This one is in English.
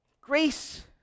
Grace